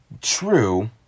true